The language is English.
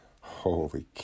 Holy